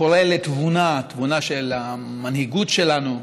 קורא לתבונה, תבונה של המנהיגות שלנו,